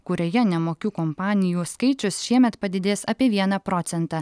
kurioje nemokių kompanijų skaičius šiemet padidės apie vieną procentą